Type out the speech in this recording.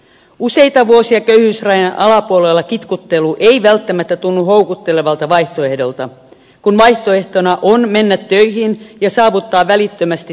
useita vuosia köyhyysrajan alapuolella kitkuttelu ei välttämättä tunnu houkuttelevalta vaihtoehdolta kun vaihtoehtona on mennä töihin ja saavuttaa välittömästi säännölliset kuukausiansiot